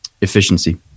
Efficiency